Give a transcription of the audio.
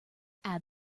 add